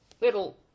little